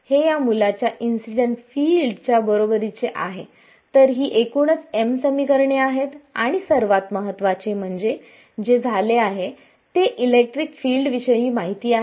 हे या मुलाच्या इन्सिडेंट फिल्डच्या बरोबरीचे आहे तर ही एकूणच m समीकरणे आहेत आणि सर्वात महत्त्वाचे म्हणजे जे झाले आहे ते इलेक्ट्रिक फील्ड विषयी माहिती आहे